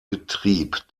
betrieb